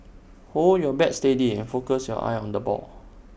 hold your bat steady and focus your eyes on the ball